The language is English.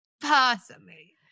personally